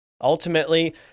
ultimately